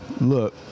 Look